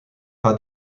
pas